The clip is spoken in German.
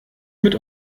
mit